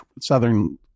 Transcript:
southern